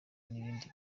n’ibindi